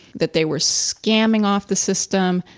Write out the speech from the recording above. that they were scamming off the system,